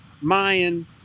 Mayan